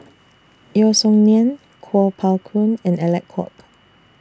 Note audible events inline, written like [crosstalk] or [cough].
[noise] Yeo Song Nian Kuo Pao Kun and Alec Kuok